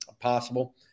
possible